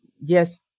Yes